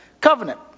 covenant